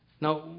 Now